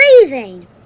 Breathing